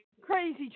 Crazy